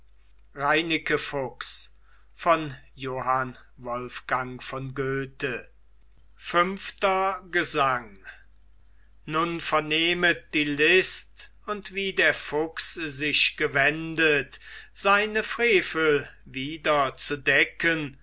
fünfter gesang nun vernehmet die list und wie der fuchs sich gewendet seine frevel wieder zu decken